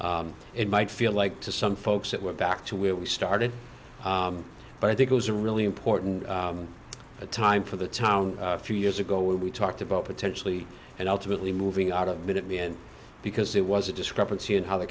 well it might feel like to some folks that we're back to where we started but i think it was a really important time for the town a few years ago we talked about potentially and ultimately moving out of it because it was a discrepancy in how the